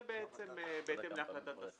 זה בהתאם להחלטת השרים.